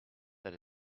that